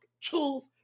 truth